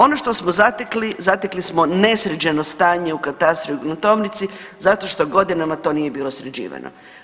Ono što smo zatekli, zatekli smo nesređeno stanje u katastru i gruntovnici zato što godinama to nije bilo sređivano.